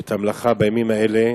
את המלאכה בימים האלה.